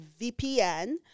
VPN